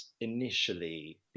initially